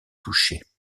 touchées